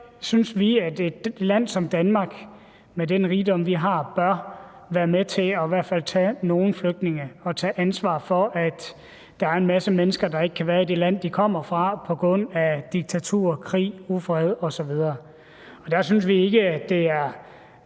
synes vi, at et land som Danmark – med den rigdom, vi har – bør være med til at tage i hvert fald nogle flygtninge og tage ansvar for, at der er en masse mennesker, der ikke kan være i det land, de kommer fra, på grund af diktatur, krig, ufred osv. Der synes vi i hvert